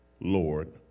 Lord